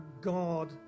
God